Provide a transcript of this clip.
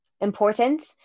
importance